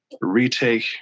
retake